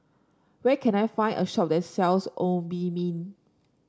where can I find a shop that sells Obimin